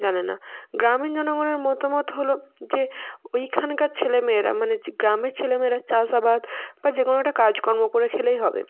জানে না গ্রামীণ জনগণের মতামত হলো যে ওইখানকার ছেলে মেয়েরা মানে যে গ্রামের ছেলে মেয়েরা চাষাবাদ বা যে কোনো একটা কাজকর্ম করে খেলেই হবে